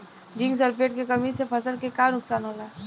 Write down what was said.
Zinc sulphate के कमी से फसल के का नुकसान होला?